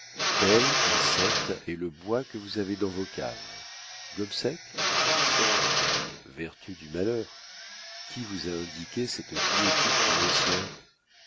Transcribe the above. pelles pincettes et le bois que vous avez dans vos caves gobseck gobseck vertu du malheur qui vous a indiqué cette guillotine financière